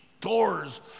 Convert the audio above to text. doors